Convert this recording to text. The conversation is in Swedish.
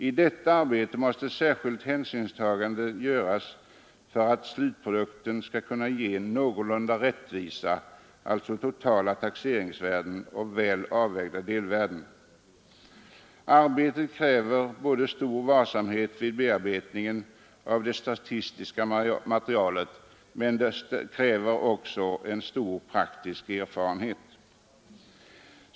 I detta arbete måste särskild hänsyn tas för att slutprodukten skall kunna ge någorlunda rättvisa totala taxeringsvärden och väl avvägda delvärden. Arbetet kräver stor varsamhet vid bearbetningen av det statistiska materialet, men det kräver också praktisk erfarenhet.